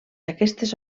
aquestes